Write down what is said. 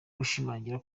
gushimangira